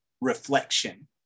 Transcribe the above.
reflection